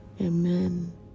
amen